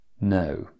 no